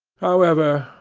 however,